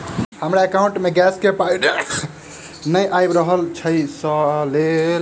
हमरा एकाउंट मे गैस केँ पाई नै आबि रहल छी सँ लेल?